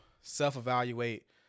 self-evaluate